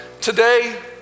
today